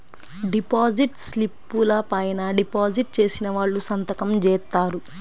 deposit స్లిపుల పైన deposit చేసిన వాళ్ళు సంతకం జేత్తారు